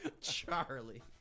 Charlie